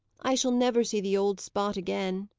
i shall never see the old spot again.